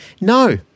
no